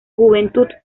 juventud